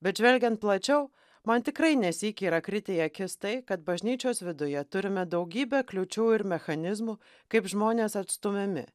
bet žvelgiant plačiau man tikrai nesyk yra kritę į akis tai kad bažnyčios viduje turime daugybę kliūčių ir mechanizmų kaip žmonės atstumiami